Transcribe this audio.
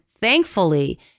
thankfully